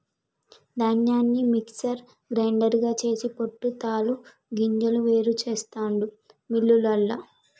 ధాన్యాన్ని mixer grinder చేసి పొట్టు తాలు గింజలు వేరు చెస్తాండు మిల్లులల్ల